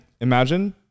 imagine